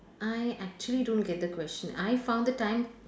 I actually don't get the question I found the time